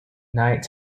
night